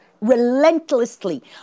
relentlessly